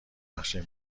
نقشه